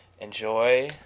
enjoy